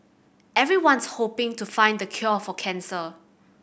everyone's hoping to find the cure for cancer